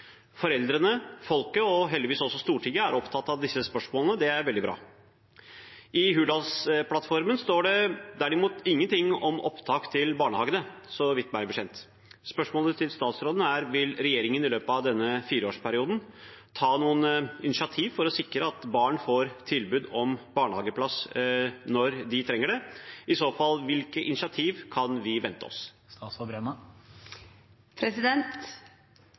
Foreldrene, folket og heldigvis også Stortinget er opptatt av disse spørsmålene. Det er veldig bra. I Hurdalsplattformen står det derimot ingenting om opptak til barnehage, meg bekjent. Spørsmålet til statsråden er: Vil regjeringen i løpet av denne fireårsperioden ta noen initiativ for å sikre at barn får tilbud om barnehageplass når de trenger det? I så fall: Hvilke initiativ kan vi vente oss?